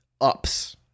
ups